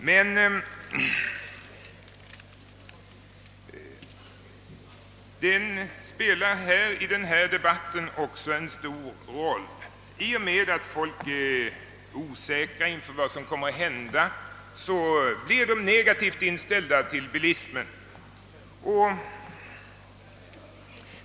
Men den spelar i denna debatt också en stor roll. I och med att folk är osäkra inför vad som kommer att hända; blir de negativt inställda till bilism.